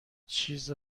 چیز